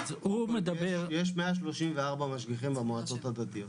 יש 134 משגיחים במועצות הדתיות.